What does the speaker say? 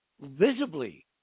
visibly